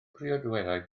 priodweddau